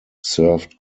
served